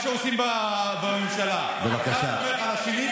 זה בדיוק מה שעושים בממשלה: אחד סומך על השני,